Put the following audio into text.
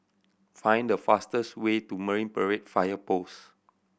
find the fastest way to Marine Parade Fire Post